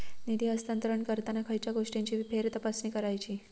निधी हस्तांतरण करताना खयच्या गोष्टींची फेरतपासणी करायची?